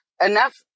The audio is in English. enough